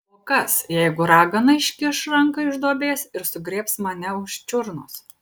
o kas jeigu ragana iškiš ranką iš duobės ir sugriebs mane už čiurnos